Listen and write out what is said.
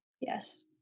Yes